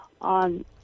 on